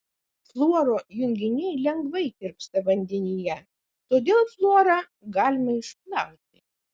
fluoro junginiai lengvai tirpsta vandenyje todėl fluorą galima išplauti